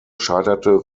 scheiterte